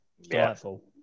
Delightful